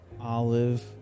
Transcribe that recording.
Olive